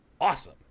awesome